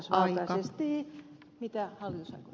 mitä hallitus aikoo tehdä